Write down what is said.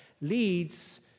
leads